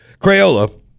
Crayola